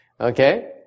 Okay